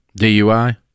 DUI